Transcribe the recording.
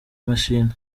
mashini